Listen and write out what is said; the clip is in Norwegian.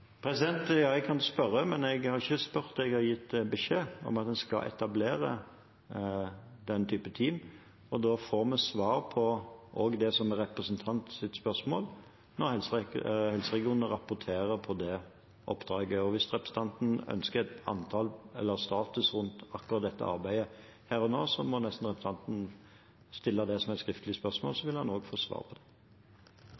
Ja, jeg kan spørre, men jeg har ikke spurt, jeg har gitt beskjed om at en skal etablere den typen team. Når helseregionene rapporterer på det oppdraget, får vi også svar på det som er representantens spørsmål. Hvis representanten ønsker et antall eller status for akkurat dette arbeidet her og nå, må representanten nesten stille det som et skriftlig spørsmål, så